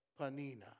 Panina